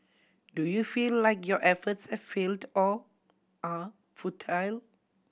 do you feel like your efforts have failed or are futile